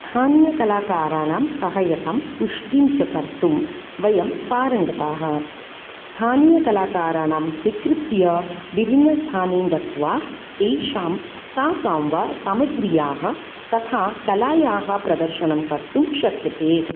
स्थानीय कलाकाराणां सहाय्यतां पुष्टिञ्च कर्तुं वयं पारङ्गताः स्थानीय कलाकाराणां स्वीकृत्य विभिन्नस्थाने गत्वा तेषां तासां वा सामग्रीयाः तथा कलायाः प्रदर्शनं कर्तुं शक्यते